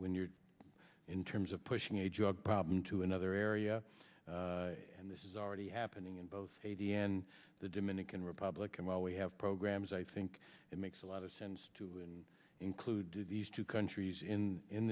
when you're in terms of pushing a drug problem to another area and this is already happening in both a d n the dominican republic and while we have programs i think it makes a lot of sense to and include these two countries in in